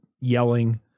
yelling